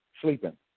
sleeping